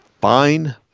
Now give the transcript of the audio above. fine